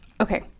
Okay